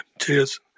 cheers